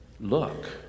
look